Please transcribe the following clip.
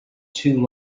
too